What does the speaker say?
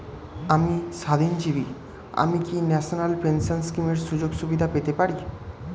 আমি স্বাধীনজীবী আমি কি ন্যাশনাল পেনশন স্কিমের সুযোগ সুবিধা পেতে পারি?